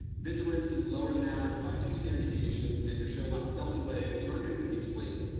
vigilance is lower than average by two standard deviations and you're showing lots of delta waves. you aren't getting good deep sleep.